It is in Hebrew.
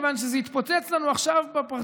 לא, הפרעת לי עוד פעם, תתחיל מחדש עוד פעם.